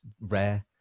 rare